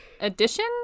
edition